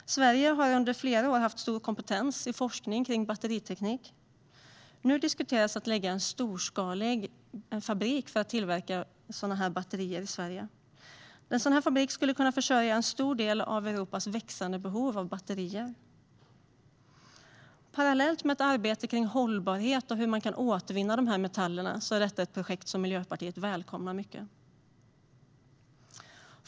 Sverige har under flera år haft stor kompetens i forskning kring batteriteknik. Nu diskuteras att förlägga en storskalig fabrik för tillverkning av sådana batterier i Sverige. En sådan fabrik skulle kunna försörja en stor del av Europas växande behov av batterier. Parallellt med ett arbete kring hållbarhet och hur metallerna kan återvinnas är detta ett projekt som Miljöpartiet välkomnar mycket.